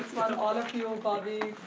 one, all of you, ah bobbie,